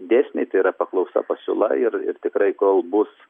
dėsniai tai yra paklausa pasiūla ir ir tikrai kol bus